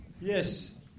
Yes